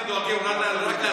ואתם דואגים רק לעצמכם.